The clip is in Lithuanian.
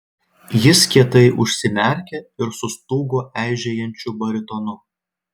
jis kietai užsimerkė ir sustūgo eižėjančiu baritonu